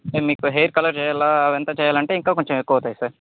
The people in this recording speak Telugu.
మీకు హెయిర్ కలర్ చెయాలా అవంతా చెయ్యల్లంటే ఇంకా కొంచం ఎక్కువ అవుతాయి సార్